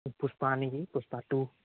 পুষ্পা নেকি পুষ্পা টু